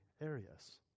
areas